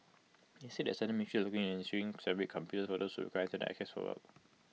IT is said that certain ministries are looking into issuing separate computers those who require Internet access for work